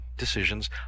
Decisions